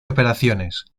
operaciones